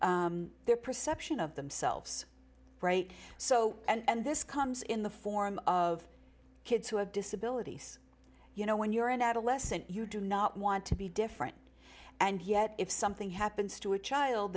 at their perception of themselves so and this comes in the form of kids who have disabilities you know when you're an adolescent you do not want to be different and yet if something happens to a child